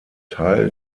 teil